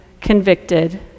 convicted